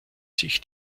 sich